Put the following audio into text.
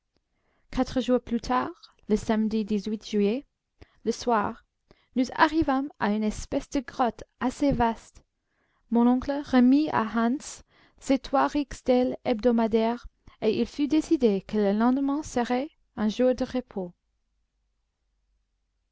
quatre jours plus tard le samedi juillet le soir nous arrivâmes à une espèce de grotte assez vaste mon oncle remit à hans ses trois rixdales hebdomadaires et il fut décidé que le lendemain serait un jour de repos